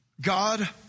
God